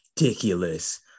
ridiculous